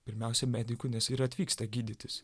pirmiausia medikų nes ir atvyksta gydytis